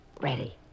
Ready